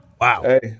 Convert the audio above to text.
Wow